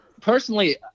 personally